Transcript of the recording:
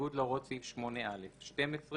בניגוד להוראות סעיף 8(א); (12)מפיץ,